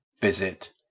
Visit